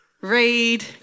read